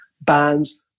bands